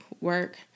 work